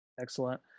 Excellent